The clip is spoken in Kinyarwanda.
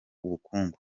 ubukungu